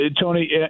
Tony